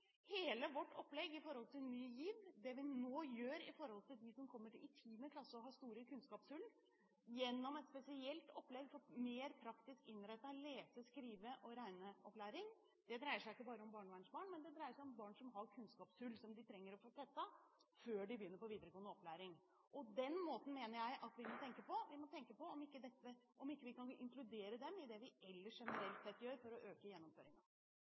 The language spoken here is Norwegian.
Hele vårt opplegg i Ny GIV – det vi nå gjør for dem som kommer i 10. klasse og har store kunnskapshull, gjennom et spesielt opplegg for mer praktisk innrettet lese-, skrive- og regneopplæring – dreier seg ikke bare om barnevernsbarn, men det dreier seg om barn som har kunnskapshull som de trenger å få tettet før de begynner på videregående opplæring. Den måten mener jeg at vi må tenke på – vi må tenke på om ikke vi kan inkludere dem i det vi ellers generelt sett gjør, for å øke